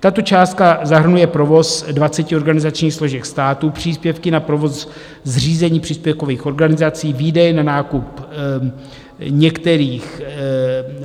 Tato částka zahrnuje provoz dvaceti organizačních složek státu, příspěvky na provoz, zřízení příspěvkových organizací, výdaje na nákup některých